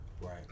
right